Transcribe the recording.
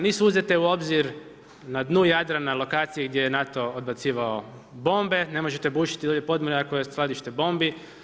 Nisu uzete u obzir na dnu Jadrana lokacije gdje je NATO odbacivao bombe, ne možete bušiti dolje podmorje ako je skladište bombi.